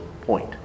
point